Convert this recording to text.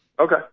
Okay